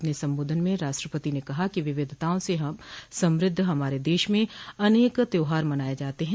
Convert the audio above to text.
अपने संबोधन में राष्ट्रपति ने कहा कि विविधताओं से समृद्ध हमारे देश में अनेक त्यौहार मनाये जाते हैं